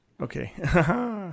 Okay